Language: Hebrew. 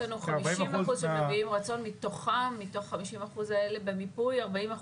יש לנו 50% שמביעים רצון, מתוכם 40% הם נשים.